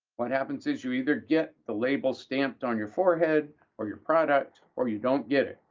what happens is, you either get the label stamped on your forehead or your product or you don't get it,